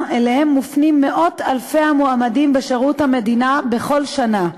שאליהם מופנים מאות-אלפי המועמדים לשירות המדינה בכל שנה.